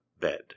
bed